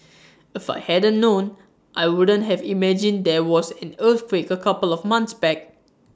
if I hadn't known I wouldn't have imagined there was an earthquake A couple of months back